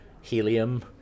helium